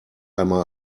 einmal